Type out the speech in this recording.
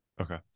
Okay